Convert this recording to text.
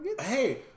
Hey